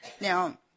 Now